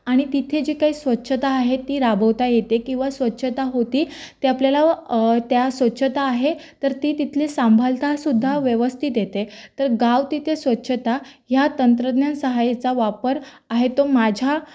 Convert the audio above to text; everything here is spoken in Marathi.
आणि तिथे जी काही स्वच्छता आहे ती राबवता येते किवा स्वच्छता होते ती आपल्याला त्या स्वच्छता आहे तर ती तिथली सांभाळता सुद्धा व्यवस्थित येते तर गाव तिथे स्वच्छता या तंत्रज्ञान सहाय्यचा वापर आहे तो माझ्या